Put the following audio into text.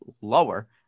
lower